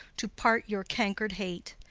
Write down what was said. to part your cank'red hate.